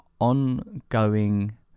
ongoing